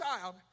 child